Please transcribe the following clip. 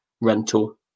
rental